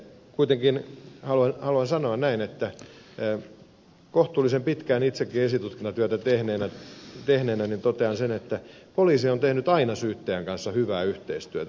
kuitenkin haluan sanoa kohtuullisen pitkään itsekin esitutkintatyötä tehneenä että poliisi on tehnyt aina syyttäjän kanssa hyvää yhteistyötä